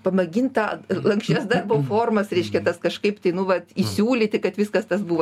pamėgint tą lanksčias darbo formas reiškia tas kažkaip tai nu vat įsiūlyti kad viskas tas buvo